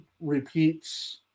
repeats